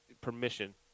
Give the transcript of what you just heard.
permission